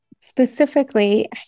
specifically